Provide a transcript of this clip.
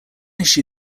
issue